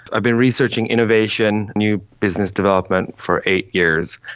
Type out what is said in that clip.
i'd been researching innovation, new business development, for eight years,